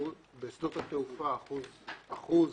בשדות התעופה עם אחוז.